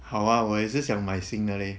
好啊我也是想买新的 de leh